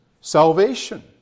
salvation